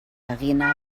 arena